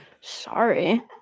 Sorry